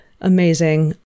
Amazing